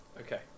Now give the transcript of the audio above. Okay